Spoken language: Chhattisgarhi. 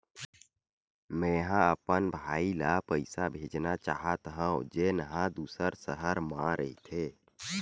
मेंहा अपन भाई ला पइसा भेजना चाहत हव, जेन हा दूसर शहर मा रहिथे